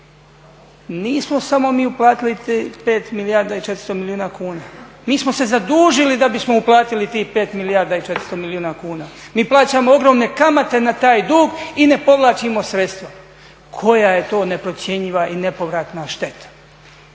nismo samo mi uplatili 5 milijardi i 400 milijuna kuna, mi smo se zadužili da bismo uplatili tih 5 milijardi i 400 milijuna kuna, mi plaćamo ogromne kamate na taj dug i ne povlačimo sredstva. Koja je to neprocjenjiva i nepovratna šteta